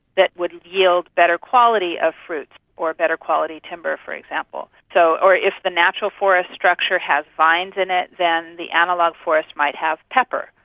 that would yield better quality of fruits or better quality timber, for example. so or if the natural forest structure has vines in it then the analogue forest might have pepper,